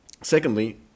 Secondly